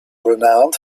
renowned